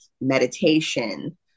meditation